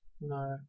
no